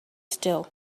still